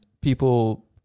people